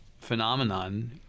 phenomenon